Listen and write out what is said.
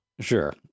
Sure